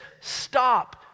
Stop